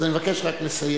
אז אני מבקש רק לסיים.